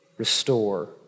restore